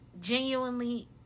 genuinely